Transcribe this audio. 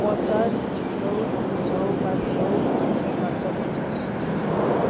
पचास एक सय तिन सय पाँच सय सात सय पचास